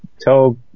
tell